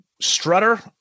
Strutter